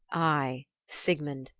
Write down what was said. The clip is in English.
i, sigmund,